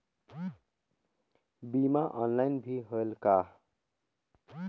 बीमा ऑनलाइन भी होयल का?